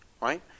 right